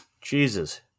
Jesus